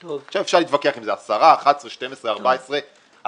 עכשיו אפשר להתווכח אם זה 10,11,12,14 אבל